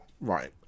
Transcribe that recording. right